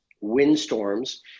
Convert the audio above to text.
windstorms